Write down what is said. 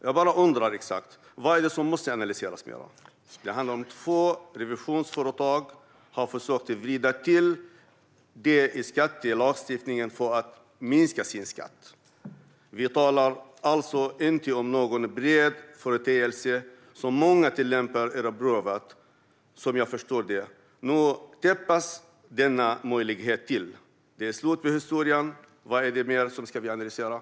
Vad är det som måste analyseras mer? Det handlar om att två revisionsföretag har försökt att vrida till skattelagstiftningen för att minska sin skatt. Vi talar alltså inte om någon bred företeelse som många tillämpar eller har prövat. Nu täpps denna möjlighet till. Det är slut med historien. Vad är det mer som ska analyseras?